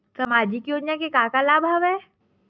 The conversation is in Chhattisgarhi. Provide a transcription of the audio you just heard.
सामाजिक योजना के का का लाभ हवय?